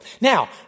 Now